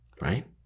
right